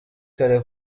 kare